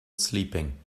sleeping